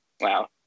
wow